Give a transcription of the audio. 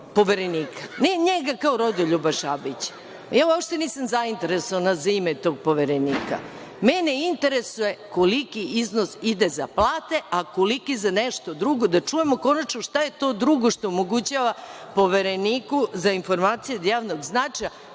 Ne njega kao Rodoljuba Šabića, ja uopšte nisam zainteresovana za ime tog poverenika, mene interesuje koliki iznos ide za plate, a koliki za nešto drugo, da čujemo konačno šta je to drugo što omogućava Povereniku za informacije od javnog značaja